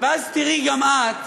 ואז תראי גם את,